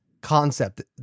concept